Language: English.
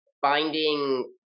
finding